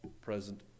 present